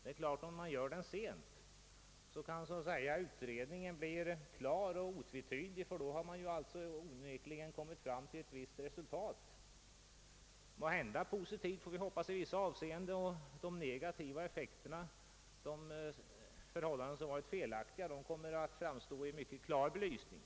Om den genomföres för sent kan utredningens resultat bli klart och entydigt, ty då har utvecklingen onekligen lett till resultat, måhända positiva får vi hoppas i vissa avseenden, men de negativa effekterna — det som varit felaktigt — kommer då att framstå i en mycket klar belysning.